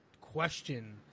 question